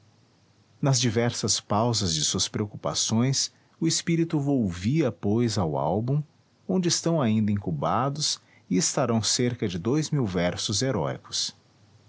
nas diversas pausas de suas preocupações o espírito volvia pois ao álbum onde estão ainda incubados e estarão cerca de dois mil versos heróicos